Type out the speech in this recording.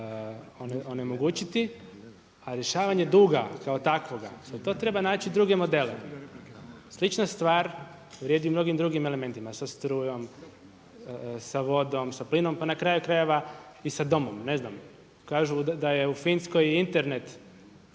onemogućiti, a rješavanje duga kao takvoga za to treba naći druge modele. Slična stvar vrijedi u mnogim drugim elementima sa strujom, sa vodom, sa plinom, pa na kraju krajeva i sa domom. Ne znam, kažu da je u Finskoj Internet